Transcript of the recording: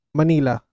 manila